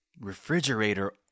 refrigerator